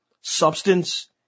substance